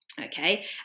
okay